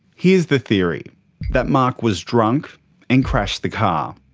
here's the theory that mark was drunk and crashed the car,